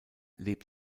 lebt